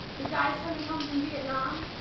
the guys coming home from vietnam,